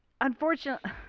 unfortunately